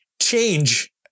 change